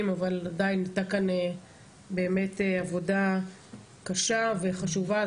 אבל עדיין הייתה כאן עבודה קשה וחשובה.